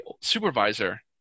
supervisor